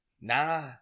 Nah